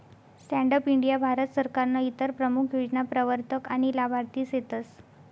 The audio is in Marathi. स्टॅण्डप इंडीया भारत सरकारनं इतर प्रमूख योजना प्रवरतक आनी लाभार्थी सेतस